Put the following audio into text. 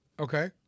Okay